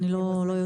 אני לא יודעת.